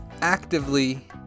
actively